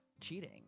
cheating